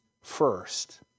first